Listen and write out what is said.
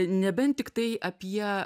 nebent tiktai apie